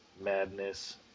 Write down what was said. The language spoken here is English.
madness